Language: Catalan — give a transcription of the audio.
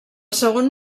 segon